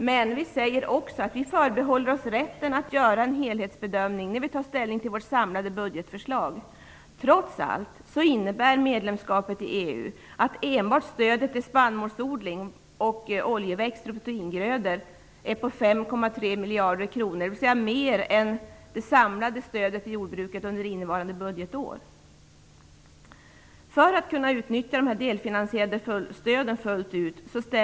Men vi säger också att vi förbehåller oss rätten att göra en helhetsbedömning när vi tar ställning till vårt samlade budgetförslag. Trots allt innebär medlemskapet i EU att enbart stödet till spannmålsodling, oljeväxter och proteingrödor är 5,3 miljarder kronor, dvs. mer än det samlade stödet till jordbruket under innevarande budgetår. Jag ställer fyra krav för att kunna utnyttja de delfinansierade stöden fullt ut.